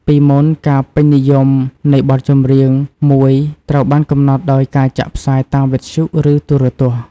ពីមុន ការពេញនិយមនៃបទចម្រៀងមួយត្រូវបានកំណត់ដោយការចាក់ផ្សាយតាមវិទ្យុ ឬទូរទស្សន៍។